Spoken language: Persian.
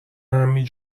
همین